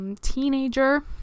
teenager